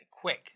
quick